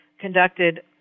conducted